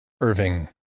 Irving